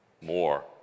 more